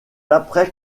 après